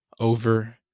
over